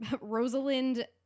Rosalind